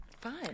Fun